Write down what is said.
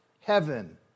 Heaven